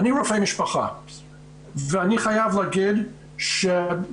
אני רופא משפחה ואני חייב להגיד שברפואה